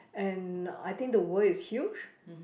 and I think the world is huge